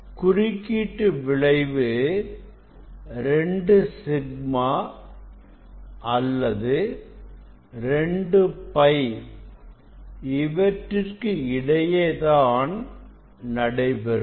குறுக்கீட்டு விளைவு 2 சிக்மா அல்லது 2 பை இவற்றுக்கிடையே தான் நடைபெறும்